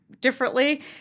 differently